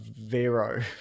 Vero